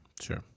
Sure